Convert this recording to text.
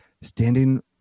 standing